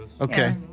Okay